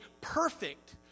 perfect